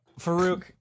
Farouk